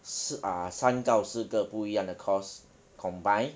四 uh 三到四个不一样的 course combined